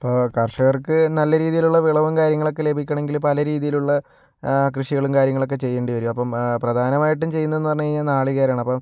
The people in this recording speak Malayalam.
ഇപ്പോൾ കർഷകർക്ക് നല്ല രീതീയിലുള്ള വിളവും കാര്യങ്ങളൊക്കെ ലഭിക്കണമെങ്കില് പല രീതീയിലുള്ള കൃഷികളും കാര്യങ്ങളുമൊക്കെ ചെയ്യേണ്ടി വരും അപ്പം പ്രധാനമായിട്ടും ചെയ്യുന്നതെന്ന് പറഞ്ഞാൽ നാളികേരമാണ് അപ്പം